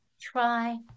Try